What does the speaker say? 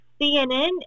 CNN